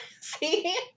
see